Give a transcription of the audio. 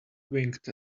winked